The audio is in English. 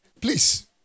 Please